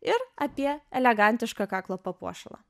ir apie elegantišką kaklo papuošalą